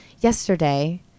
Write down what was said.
Yesterday